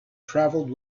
travelled